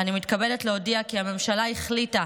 אני מתכבדת להודיע כי הממשלה החליטה,